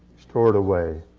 stored away,